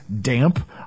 damp